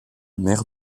maire